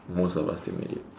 most of us still made it